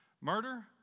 Murder